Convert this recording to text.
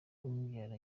umubyara